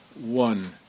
one